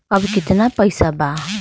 अब कितना पैसा बा?